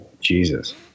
Jesus